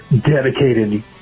dedicated